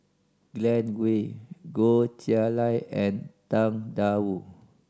Glen Goei Goh Chiew Lye and Tang Da Wu